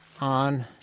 on